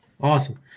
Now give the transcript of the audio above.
Awesome